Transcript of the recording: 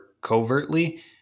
covertly